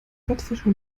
bettwäsche